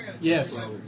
Yes